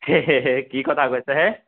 কি কথা কৈছেহে